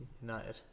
United